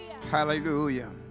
Hallelujah